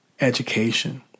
education